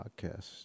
Podcast